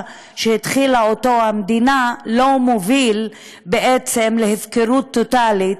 שהתחילה המדינה לא מוביל בעצם להפקרות טוטלית,